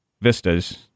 Vistas